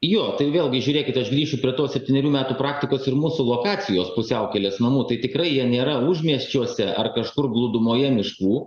jo tai vėlgi žiūrėkit aš grįšiu prie tos septynerių metų praktikos ir mūsų lokacijos pusiaukelės namų tai tikrai jie nėra užmiesčiuose ar kažkur glūdumoje miškų